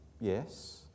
Yes